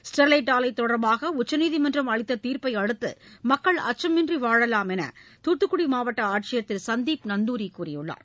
Sterlite ஆலை தொடர்பாக உச்சநீதிமன்றம் அளித்த தீர்ப்பை அடுத்து மக்கள் அச்சமின்றி வாழலாம் என்று தூத்துக்குடி மாவட்ட ஆட்சியர் திரு சந்திப் நந்தூரி கூறியுள்ளார்